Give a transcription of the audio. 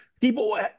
people